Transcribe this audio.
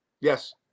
yes